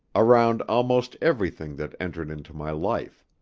around almost everything that entered into my life.